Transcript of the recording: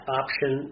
option